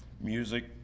Music